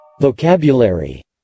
Vocabulary